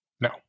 No